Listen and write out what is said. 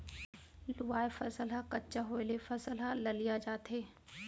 लूवाय फसल ह कच्चा होय ले फसल ह ललिया जाथे